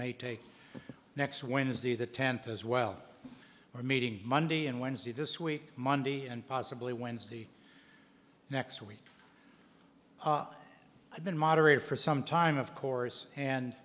may take next wednesday the tenth as well are meeting monday and wednesday this week monday and possibly wednesday next week i've been moderator for some time of course and